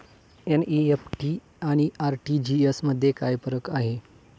NEFT आणि RTGS मध्ये काय फरक आहे?